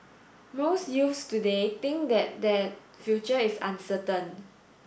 most youths today think that their future is uncertain